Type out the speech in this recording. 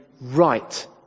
right